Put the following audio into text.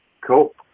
Cool